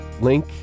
link